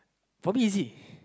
probably easy